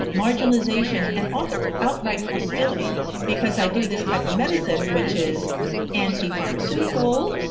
marginalization, and often outright hostility because i do this type of medicine, which is anti pharmaceutical,